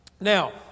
Now